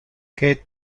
que